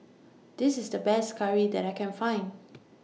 This IS The Best Curry that I Can Find